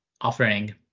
offering